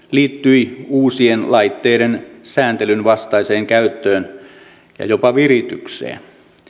liittyi uusien laitteiden sääntelyn vastaiseen käyttöön ja jopa viritykseen